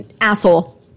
Asshole